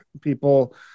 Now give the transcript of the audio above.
people